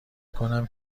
کنم